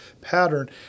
pattern